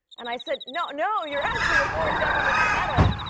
and i said, no, no. you're asking a foreign government to meddle.